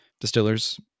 distillers